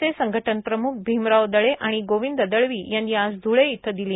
समितीचे संघटन प्रमुख भिमराव ळे आणि गोविं ळवी यांनी आज ध्ळे इथं ली